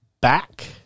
Back